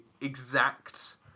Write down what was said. exact